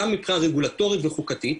גם מבחינה רגולטורית וחוקתית.